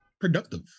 Productive